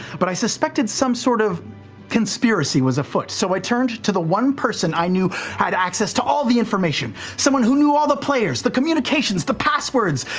but i suspected some sort of conspiracy was afoot, so i turned to the one person i knew had access to all the information. someone who knew all the players, the communications, the passwords,